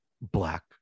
Black